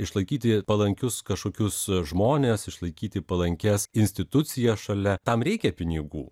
išlaikyti palankius kažkokius žmones išlaikyti palankias institucijas šalia tam reikia pinigų